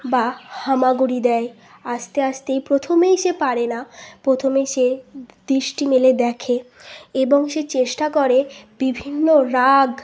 বা হামাগুড়ি দেয় আস্তে আস্তেই প্রথমেই সে পারে না প্রথমে সে দৃষ্টি মেলে দেখে এবং সে চেষ্টা করে বিভিন্ন রাগ